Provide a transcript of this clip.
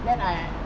then I